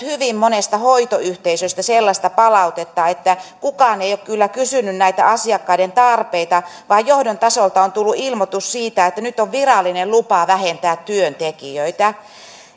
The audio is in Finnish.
hyvin monesta hoitoyhteisöstä sellaista palautetta että kukaan ei ole kyllä kysynyt näitä asiakkaiden tarpeita vaan johdon tasolta on tullut ilmoitus siitä että nyt on virallinen lupa vähentää työntekijöitä